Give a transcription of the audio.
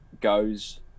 goes